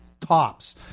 tops